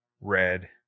Red